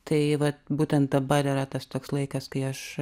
tai vat būtent dabar yra tas toks laikas kai aš